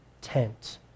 tent